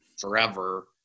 forever